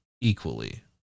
equally